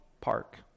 Park